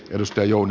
edustajuun